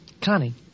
Connie